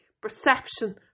perception